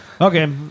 Okay